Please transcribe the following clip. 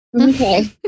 Okay